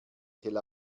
tel